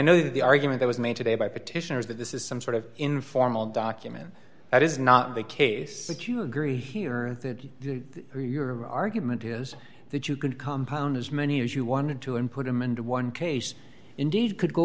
know that the argument that was made today by petitioners that this is some sort of informal document that is not the case that you agree here or your argument is that you could compound as many as you wanted to and put them and one case indeed could go